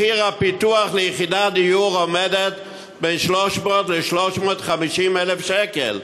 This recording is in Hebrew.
מחיר הפיתוח ליחידת דיור עומד על בין 300,000 ל-350,000 שקל.